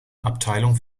abteilung